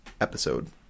episode